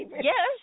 yes